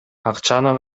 акчаны